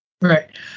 right